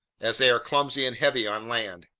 as they are clumsy and heavy on land.